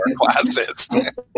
classes